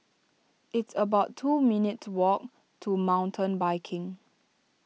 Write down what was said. it's about two minutes' walk to Mountain Biking